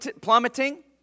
plummeting